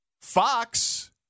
Fox